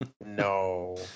No